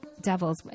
devils